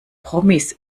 promis